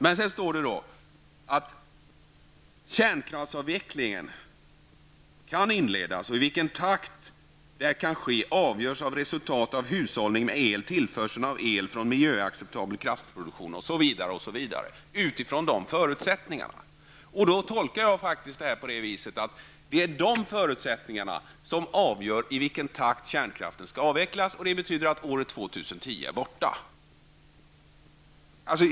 Det står att kärnkraftsavvecklingen kan inledas. I vilken takt det kan ske avgörs av resultatet av hushållningen med el, av tillförseln av el från miljöacceptabel kraftproduktion osv. Detta gäller utifrån givna förutsättningar. Jag tolkar detta så, att det är de här aktuella förutsättningarna som avgör i vilken takt kärnkraften skall avvecklas. Det betyder att år 2010 inte längre gäller.